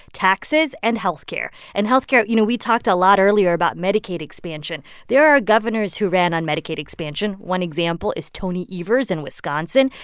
taxes and health care. and health care you know, we talked a lot earlier about medicaid expansion. there are governors who ran on medicaid expansion. one example is tony evers in wisconsin,